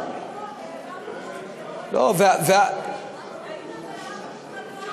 העברנו חוק, האימא והאבא מתחלקות חצי-חצי.